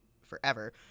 forever